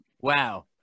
Wow